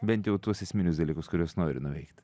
bent jau tuos esminius dalykus kuriuos nori nuveikt